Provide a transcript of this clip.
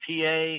PA